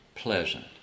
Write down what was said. Pleasant